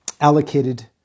allocated